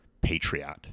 patriot